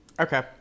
Okay